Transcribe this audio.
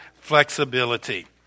flexibility